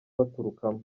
baturukamo